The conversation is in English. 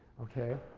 ok.